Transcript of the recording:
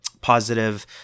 positive